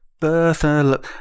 Bertha